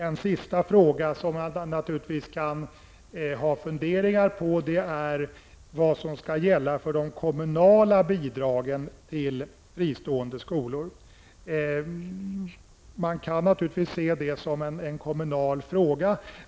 En sista fråga som man naturligtvis kan ha funderingar på är vad som skall gälla för det kommunala bidragen till fristående skolor. Man kan naturligtvis se det som en kommunal fråga.